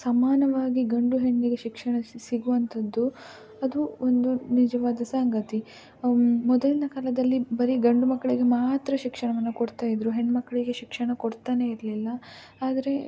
ಸಮಾನವಾಗಿ ಗಂಡು ಹೆಣ್ಣಿಗೆ ಶಿಕ್ಷಣ ಸಿಗುವಂಥದ್ದು ಅದು ಒಂದು ನಿಜವಾದ ಸಂಗತಿ ಮೊದಲಿನ ಕಾಲದಲ್ಲಿ ಬರೀ ಗಂಡು ಮಕ್ಕಳಿಗೆ ಮಾತ್ರ ಶಿಕ್ಷಣವನ್ನು ಕೊಡ್ತಾಯಿದ್ದರು ಹೆಣ್ಣುಮಕ್ಳಿಗೆ ಶಿಕ್ಷಣ ಕೊಡ್ತನೇ ಇರಲಿಲ್ಲ ಆದರೆ